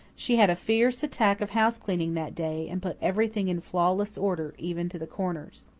she had a fierce attack of housecleaning that day, and put everything in flawless order, even to the corners.